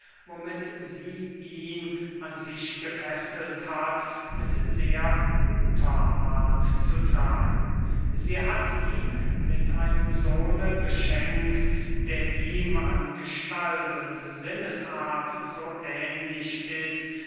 womit sie ihn an sich gefesselt hat mit sehr guter art zu tragen sie hat ihn mit einem sohne beschenkt der ihm an gestalt und sinnesart so ähnlich ist